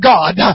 God